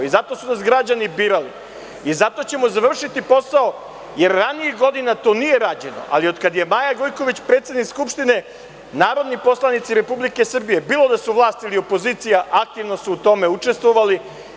I zato su nas građani birali i zato ćemo završiti posao, jer ranijih godina to nije rađeno, ali otkad je Maja Gojković predsednik Skupštine narodni poslanici Republike Srbije bilo da su u vlasti ili opozicija aktivno su u tome učestvovali.